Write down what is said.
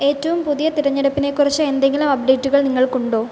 ഏറ്റവും പുതിയ തെരഞ്ഞെടുപ്പിനെക്കുറിച്ച് എന്തെങ്കിലും അപ്ഡേറ്റുകൾ നിങ്ങൾക്കുണ്ടോ